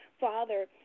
Father